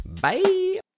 Bye